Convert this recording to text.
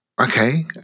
Okay